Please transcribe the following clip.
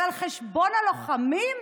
אבל על חשבון הלוחמים?